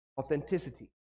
Authenticity